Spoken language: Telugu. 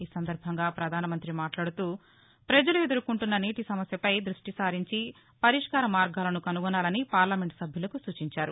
ఈ సందర్భంగా ప్రధాన మంత్రి మాట్లాడుతూ ప్రజలు ఎదుర్కొంటున్న నీటి సమస్యపై దృష్టి సారించి పరిష్కార మార్గాలను కనుక్కోవాలని పార్లమెంట్ సభ్యులకు సూచించారు